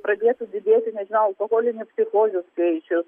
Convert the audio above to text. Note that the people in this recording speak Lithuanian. pradėtų didėti nežinau alkoholinių psichozių skaičius